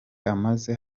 amaze